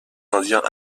indiens